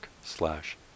slash